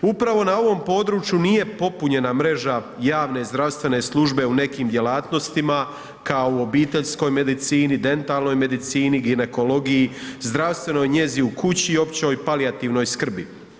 Upravo na ovom području nije popunjena mreža javne zdravstvene službe u nekim djelatnostima kao u obiteljskoj medicini, dentalnoj medicini, ginekologiji, zdravstvenoj njezi u kući i općoj palijativnoj skrbi.